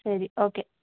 ಸರಿ ಓಕೆ